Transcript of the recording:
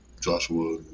Joshua